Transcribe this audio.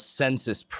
census